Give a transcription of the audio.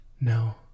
No